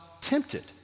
tempted